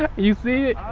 yeah you see it?